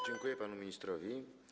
Dziękuję panu ministrowi.